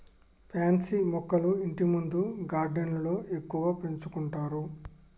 pansy మొక్కలు ఇంటిముందు గార్డెన్లో ఎక్కువగా పెంచుకుంటారు